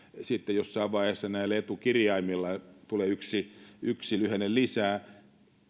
sitten jossain vaiheessa etukirjaimilla ja tulee yksi lyhenne lisää